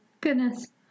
goodness